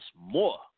more